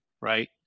right